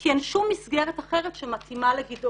כי אין שום מסגרת אחרת שמתאימה לגדעון.